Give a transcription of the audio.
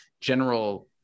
general